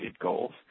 goals